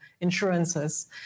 insurances